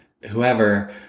whoever